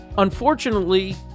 unfortunately